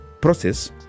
process